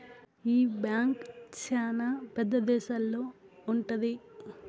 ఈ బ్యాంక్ శ్యానా పెద్ద దేశాల్లో ఉంటది